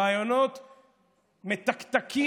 ראיונות מתקתקים,